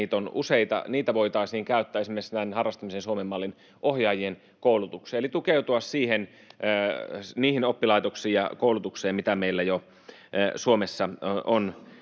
useita, voitaisiin käyttää esimerkiksi tämän harrastamisen Suomen mallin ohjaajien koulutukseen, eli voitaisiin tukeutua niihin oppilaitoksiin ja koulutukseen, mitä meillä Suomessa on